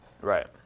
Right